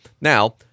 Now